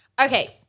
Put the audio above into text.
Okay